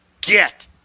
get